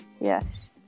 Yes